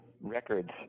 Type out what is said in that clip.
records